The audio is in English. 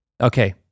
Okay